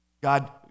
God